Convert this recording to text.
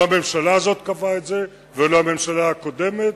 לא הממשלה הזאת קבעה את זה ולא הממשלה הקודמת,